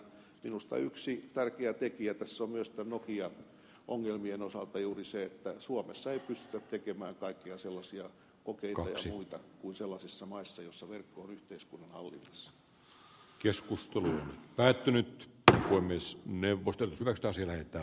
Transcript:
minusta yksi tärkeä tekijä tässä on myös nokian ongelmien osalta juuri se että suomessa ei pystytä tekemään kaikkia sellaisia kokeita ja muita joita pystytään tekemään sellaisissa maissa joissa verkko on päätynyt charmiss nevosto nostaa sille että